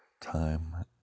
time